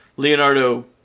Leonardo